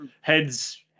heads